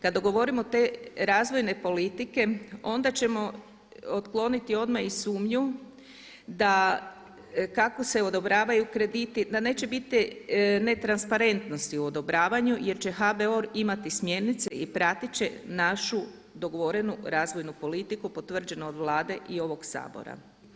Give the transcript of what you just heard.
Kada dogovorimo te razvojne politike onda ćemo otkloniti odmah i sumnju da kako se odobravaju krediti da neće biti netransparentnosti u odobravanju jer će HBOR imati smjernice i pratiti će našu dogovorenu razvojnu politiku, potvrđenu od Vlade i ovog Sabora.